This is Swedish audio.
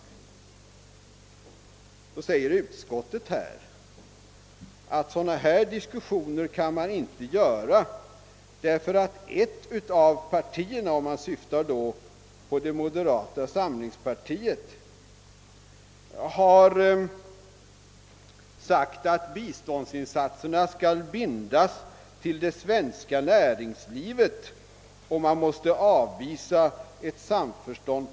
Utskottet har emellertid skrivit att några sådana diskussioner inte kan fö ras därför att ett av partierna — och där syftar utskottet på moderata samlingspartiet — har förklarat att bi ståndsinsatserna skall bindas till det svenska näringslivet. Därför kan man där inte komma till något samförstånd.